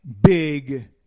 Big